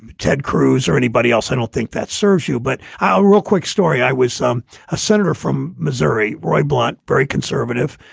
ted cruz or anybody else. i don't think that serves you. but a real quick story. i was some a senator from missouri, roy blunt, very conservative.